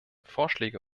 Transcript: vorschläge